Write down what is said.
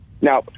Now